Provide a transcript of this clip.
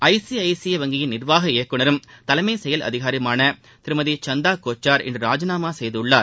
ICICI வங்கியின் நிர்வாக இயக்குனரும் தலைமை செயல் அதிகாரியுமான திருமதி சந்தா கோச்சார் இன்று ராஜினாமா செய்துள்ளார்